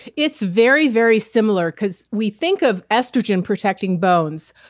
it's very, very similar because we think of estrogen protecting bones,